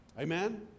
Amen